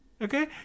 okay